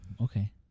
Okay